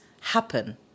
happen